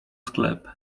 sklep